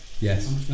Yes